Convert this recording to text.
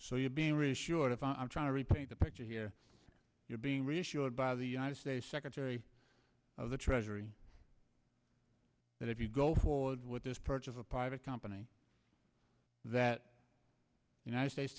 so you're being reassured if i'm trying to repay the picture here you're being reassured by the united states secretary of the treasury that if you go forward with this purchase a private company that united states